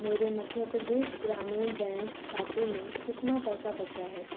मेरे मध्य प्रदेश ग्रामीण बैंक खाते में कितना पैसा बचा है